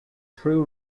true